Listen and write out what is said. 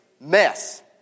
mess